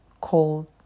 Cold